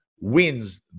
wins